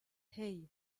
hey